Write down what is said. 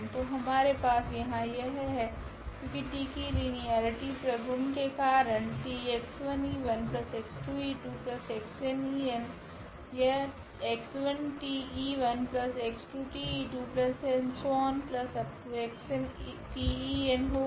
तो हमारे पास यहाँ यह है क्योकि T कि लीनियरटी प्रगुण के कारण यह होगा